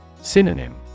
Synonym